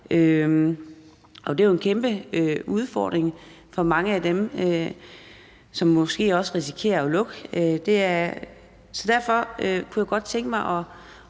Det er jo en kæmpe udfordring for mange af dem, som måske også risikerer at lukke. Så derfor kunne jeg godt tænke mig